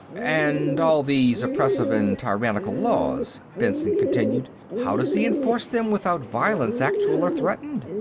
and all these oppressive and tyrannical laws, benson continued. how does he enforce them, without violence, actual or threatened?